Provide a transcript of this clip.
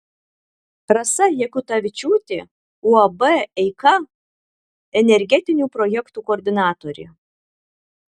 rasa jakutavičiūtė uab eika energetinių projektų koordinatorė